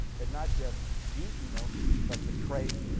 had not just beaten them but betrayed